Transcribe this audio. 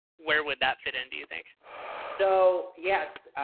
where would that fit in? do you think so? yes.